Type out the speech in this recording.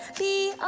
the